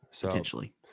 Potentially